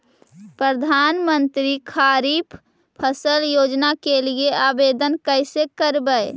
प्रधानमंत्री खारिफ फ़सल योजना के लिए आवेदन कैसे करबइ?